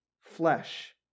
flesh